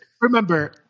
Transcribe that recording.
Remember